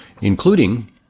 including